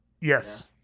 yes